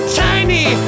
tiny